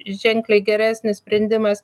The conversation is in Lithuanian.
ženkliai geresnis sprendimas